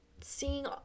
seeing